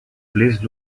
please